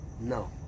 no